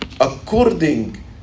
according